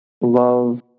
love